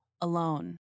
alone